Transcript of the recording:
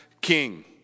king